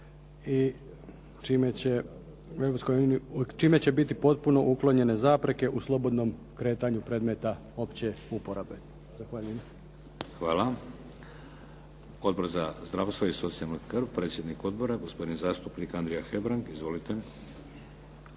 i čime će biti potpuno uklonjene zapreke u slobodnom kretanju predmeta opće uporabe. Zahvaljujem. **Šeks, Vladimir (HDZ)** Odbor za zdravstvo i socijalnu skrb, predsjednik odbora gospodin zastupnik Andrija Hebrang. Izvolite.